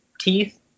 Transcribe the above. teeth